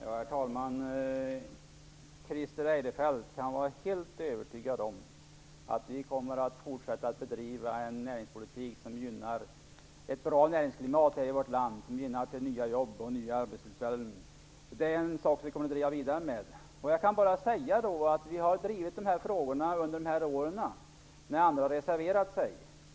Herr talman! Christer Eirefelt kan vara helt övertygad om att vi kommer att fortsätta att bedriva en näringspolitik som ger ett bra näringsklimat i vårt land som gynnar nya jobb och nya arbetstillfällen. Det är en sak som vi kommer att driva vidare. Vi har under åren har drivit dessa frågor när andra har reserverat sig.